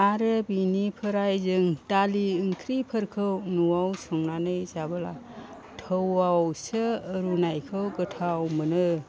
आरो बिनिफ्राय जों दालि ओंख्रिफोरखौ न'आव संनानै जाबोला थौआवसो रुनायखौ गोथाव मोनो